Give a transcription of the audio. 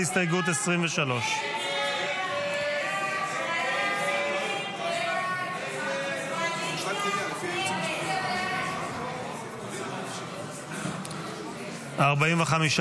הסתייגות 23. הסתייגות 23 לא נתקבלה.